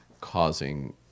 causing